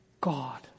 God